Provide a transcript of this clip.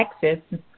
Texas